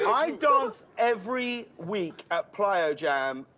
i dance every week at plyojam,